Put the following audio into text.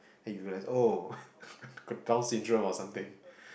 then you have oh got down syndrome or something